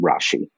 Rashi